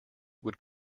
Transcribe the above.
would